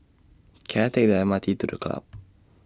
Can I Take The M R T to The Club